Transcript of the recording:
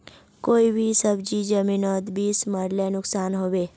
कोई भी सब्जी जमिनोत बीस मरले नुकसान होबे?